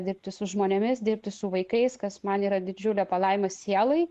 dirbti su žmonėmis dirbti su vaikais kas man yra didžiulė palaima sielai